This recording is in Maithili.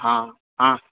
हँ हँ